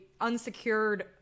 unsecured